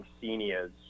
seniors